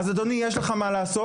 אז אדוני, יש לך מה לעשות.